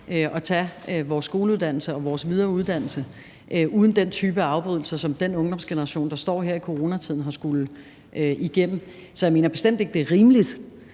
at tage vores skoleuddannelse og vores videre uddannelse uden den type af afbrydelser, som den ungdomsgeneration, der står her i coronatiden, har skullet igennem. Så jeg mener bestemt ikke, det er rimeligt.